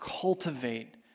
cultivate